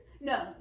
No